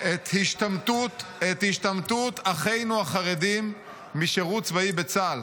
------- את השתמטות אחינו החרדים משירות צבאי בצה"ל?